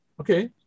Okay